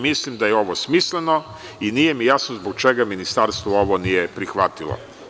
Mislim da je ovo smisleno i nije mi jasno zbog čega ministarstvo ovo nije prihvatilo.